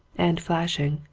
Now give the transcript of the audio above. and flashing.